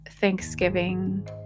Thanksgiving